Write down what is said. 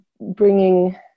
bringing